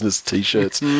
T-shirts